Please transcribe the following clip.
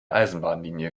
eisenbahnlinie